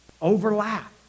overlap